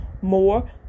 more